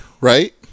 right